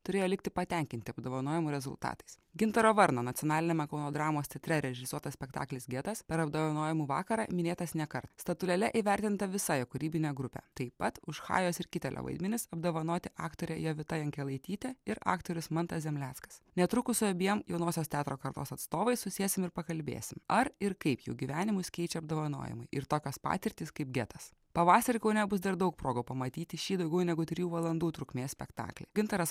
turėjo likti patenkinti apdovanojimų rezultatais gintaro varno nacionaliniame kauno dramos teatre režisuotas spektaklis getas per apdovanojimų vakarą minėtas nekart statulėle įvertinta visa jo kūrybinė grupė taip pat už chajos ir kitalio vaidmenis apdovanoti aktorė jovita jankelaitytė ir aktorius mantas zemleckas netrukus su abiem jaunosios teatro kartos atstovais susėsim ir pakalbėsim ar ir kaip jų gyvenimus keičia apdovanojimai ir tokios patirtys kaip getas pavasarį kaune bus dar daug progų pamatyti šį daugiau negu trijų valandų trukmės spektaklį gintaras